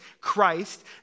Christ